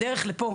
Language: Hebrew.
בדרך לפה